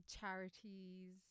charities